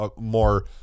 more